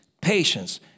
patience